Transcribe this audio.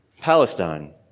Palestine